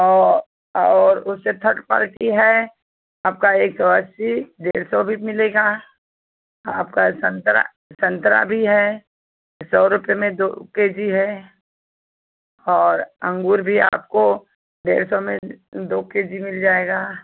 और और उससे थर्ड क्वालटी है आपका एक सौ अस्सी डेढ़ सौ भी मिलेगा आपका संतरा संतरा भी है यह सौ रुपये में दो के जी है और अँगूर भी आपको डेढ़ सौ में दो के जी मिल जाएगा